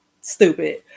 stupid